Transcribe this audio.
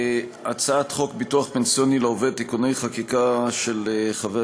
הצעת חוק ביטוח פנסיוני לעובד (תיקוני חקיקה) של חבר